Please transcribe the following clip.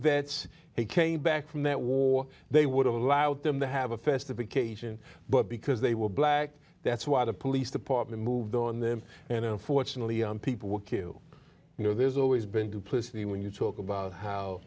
vets he came back from that war they would have allowed them to have a festive occasion but because they were black that's why the police department moved on them and unfortunately people were killed you know there's always been duplicity when you talk about how